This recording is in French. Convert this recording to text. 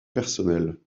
personnel